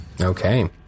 okay